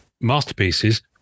Masterpieces